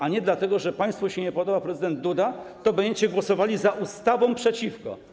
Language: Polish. A nie dlatego, że państwu się nie podoba prezydent Duda, to będziecie głosowali za ustawą przeciwko.